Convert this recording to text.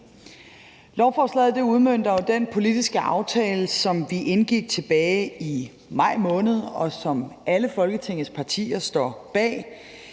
Lovforslaget udmønter jo den politiske aftale, som vi indgik tilbage i maj måned, og som alle Folketingets partier står bag.